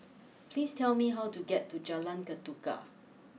please tell me how to get to Jalan Ketuka